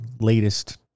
latest